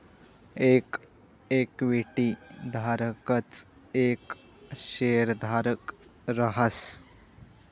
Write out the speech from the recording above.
येक इक्विटी धारकच येक शेयरधारक रहास